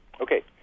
Okay